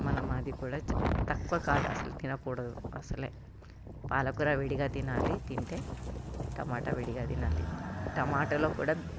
మనం అది కూడా తక్కువ కాదు అసలు తినకూడదు అసలు పాలకూర విడిగా తినాలి తింటే టమోటా విడిగా తినాలి టమోటాలో కూడా